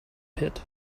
pit